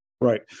Right